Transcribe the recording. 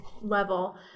level